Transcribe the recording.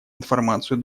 информацию